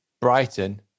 Brighton